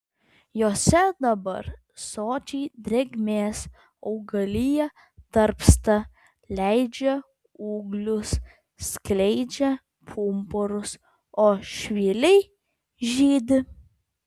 jose dabar sočiai drėgmės augalija tarpsta leidžia ūglius skleidžia pumpurus o švyliai žydi